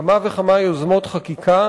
כמה וכמה יוזמות חקיקה